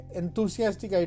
enthusiastic